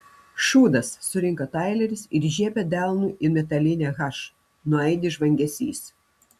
šūdas surinka taileris ir žiebia delnu į metalinę h nuaidi žvangesys